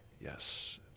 Yes